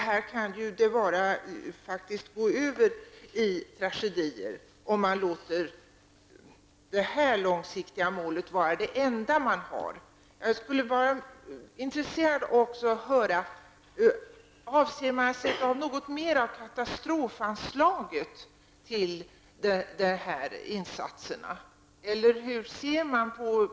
Här kan det faktiskt gå över i tragedier, om man låter det långsiktiga målet vara det enda. Jag skulle också vara intresserad av att höra om man avser att sätta av något mera av katastrofanslaget till dessa insatser.